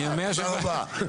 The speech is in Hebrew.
תודה רבה.